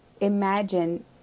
imagine